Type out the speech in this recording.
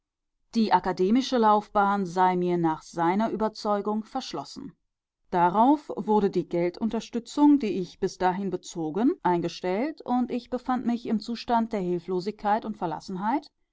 die akademische laufbahn sei mir nach seiner überzeugung verschlossen darauf wurde die geldunterstützung die ich bis dahin bezogen eingestellt und ich befand mich im zustand der hilflosigkeit und